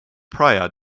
prior